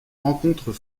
rencontres